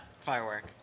firework